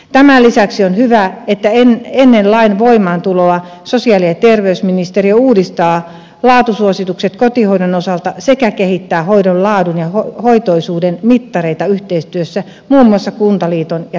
tämän lisäksi on hyvä että ennen lain voimaantuloa sosiaali ja terveysministeriö uudistaa laatusuositukset kotihoidon osalta sekä kehittää hoidon laadun ja hoitoisuuden mittareita yhteistyössä muun muassa kuntaliiton ja thln kanssa